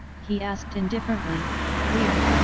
he asked indifferently weir,